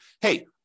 hey